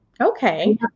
Okay